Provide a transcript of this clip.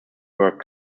worked